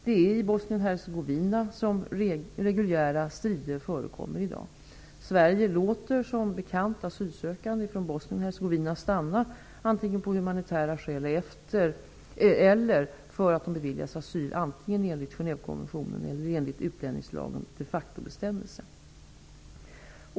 Det är i Bosnien Hercegovina som reguljära strider förekommer i dag. Sverige låter som bekant asylsökande från Bosnien-Hercegovina stanna antingen av humanitära skäl eller för att de beviljats asyl antingen enligt Genèvekonventionen eller enligt utlänningslagens de factobestämmelse.